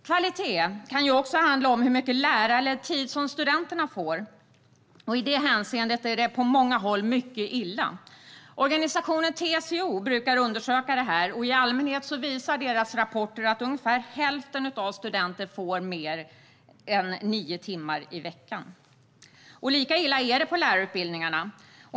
Kvalitet kan också handla om hur mycket lärarledd tid som studenterna får. I detta hänseende är det på många håll mycket illa. Organisationen TCO brukar undersöka detta, och i allmänhet visar deras rapporter att ungefär hälften av studenterna inte får mer än nio timmar i veckan. Lika illa är det på lärarutbildningarna.